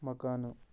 مکانہٕ